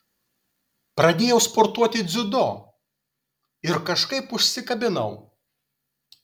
pradėjau sportuoti dziudo ir kažkaip užsikabinau